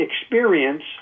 experience